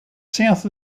south